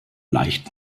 leicht